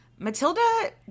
Matilda